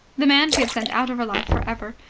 the man she had sent out of her life for ever.